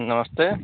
नमस्ते